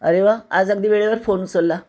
अरे वा आज अगदी वेळेवर फोन उचलला